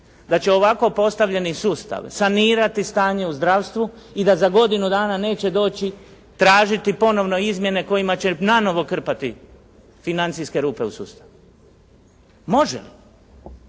da će ovako postavljeni sustav sanirati stanje u zdravstvu i da za godinu dana neće doći tražiti ponovno izmjene kojima će nanovo krpati financijske rupe u sustavu. Može